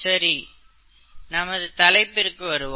சரி நமது தலைப்பிற்கு வருவோம்